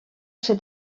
ser